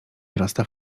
wrasta